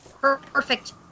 perfect